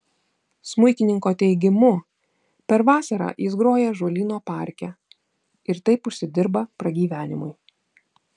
smuikininko teigimu per vasarą jis groja ąžuolyno parke ir taip užsidirba pragyvenimui